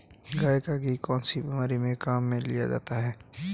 गाय का घी कौनसी बीमारी में काम में लिया जाता है?